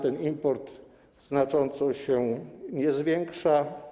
Ten import znacząco się nie zwiększa.